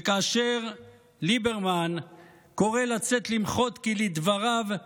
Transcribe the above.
וכאשר ליברמן קורא לצאת למחות כי לדבריו,